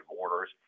orders